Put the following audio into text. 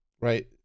right